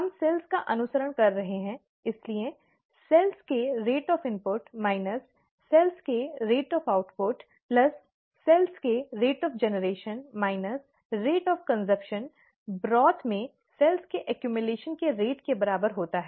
हम कोशिकाओं का अनुसरण कर रहे हैं इसलिए कोशिकाओं के इनपुट की दर माइनस सेल्स के आउटपुट की दर प्लस सेल्स के उत्पादन की दर माइनस सेल्स के खपत की दर ब्रॉथ में सेल्स के संचय की दर के बराबर होती है